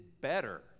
better